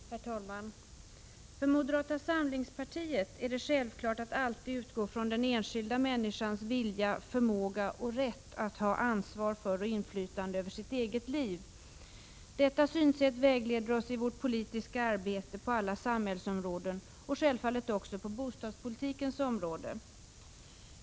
Herr talman! För oss i moderata samlingspartiet är det självklart att alltid utgå från den enskilda människans vilja, förmåga och rätt att ha ansvar för och inflytande över sitt eget liv. Detta synsätt vägleder oss i vårt politiska arbete på alla samhällsområden och självfallet också på bostadspolitikens område.